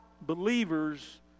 believers